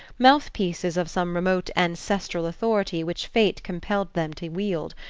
mouthpieces of some remote ancestral authority which fate compelled them to wield,